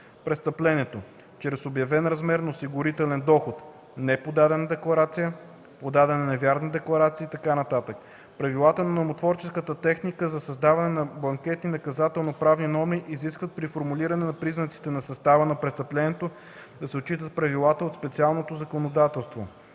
престъплението – чрез обявен размер на осигурителен доход, неподадена декларация, подадена невярна декларация и така нататък. Правилата на нормотворческата техника за създаване на бланкетни наказателноправни норми изискват при формулирането на признаците на състава на престъплението да се отчитат правилата от специалното законодателство,